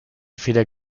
feder